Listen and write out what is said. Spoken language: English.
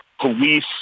police